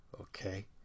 okay